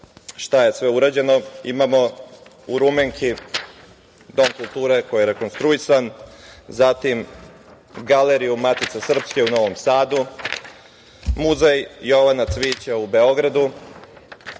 šta je sve urađeno. Imamo u Rumenki Dom kulture koji je rekonstruisan, zatim Galeriju Matice srpske u Novom Sadu, Muzej Jovana Cvijića u Beogradu,